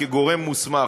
כגורם מוסמך,